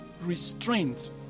restraint